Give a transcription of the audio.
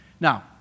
Now